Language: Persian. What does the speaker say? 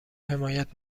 حمایت